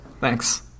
Thanks